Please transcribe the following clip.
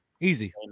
Easy